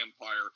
Empire